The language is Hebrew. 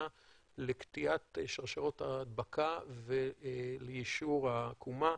לקטיעת שרשראות ההדבקה וליישור העקומה.